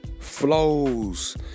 flows